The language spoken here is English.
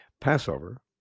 Passover